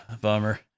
Bummer